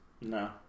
No